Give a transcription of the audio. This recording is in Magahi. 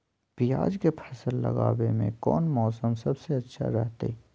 प्याज के फसल लगावे में कौन मौसम सबसे अच्छा रहतय?